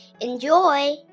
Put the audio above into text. Enjoy